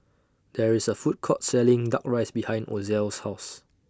There IS A Food Court Selling Duck Rice behind Ozell's House